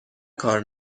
کار